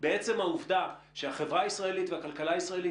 בעצם העובדה שהחברה הישראלית והכלכלה הישראלית